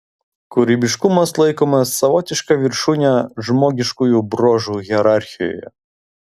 kūrybiškumas laikomas savotiška viršūne žmogiškųjų bruožų hierarchijoje